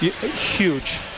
Huge